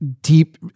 deep